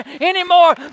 anymore